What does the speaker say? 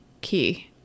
key